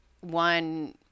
one